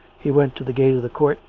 he went to the gate of the court,